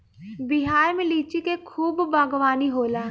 बिहार में लिची के खूब बागवानी होला